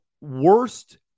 worst